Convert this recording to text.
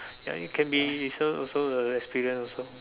ya you can be so also a experience also